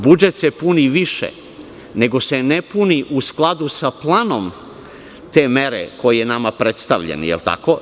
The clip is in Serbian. Budžet se puni više nego se ne puni u skladu sa planom te mere koja je nama predstavljena.